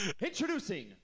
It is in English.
Introducing